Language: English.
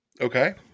Okay